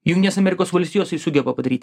jungtinės amerikos valstijos tai sugeba padaryt